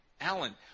Alan